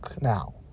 now